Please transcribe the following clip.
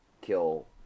kill